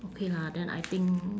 okay lah then I think